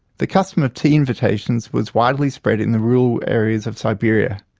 the custom of tea invitations was widely spread in the rural areas of siberia.